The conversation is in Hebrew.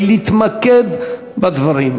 להתמקד בדברים,